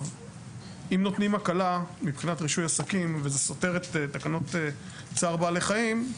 אם נותנים הקלה מבחינת רישוי עסקים וזה סותר את תקנות צער בעלי חיים,